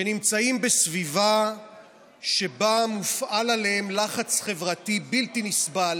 שנמצאים בסביבה שבה מופעל עליהם לחץ חברתי בלתי נסבל